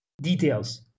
details